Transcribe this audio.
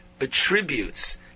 attributes